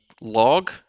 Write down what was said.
log